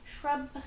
shrub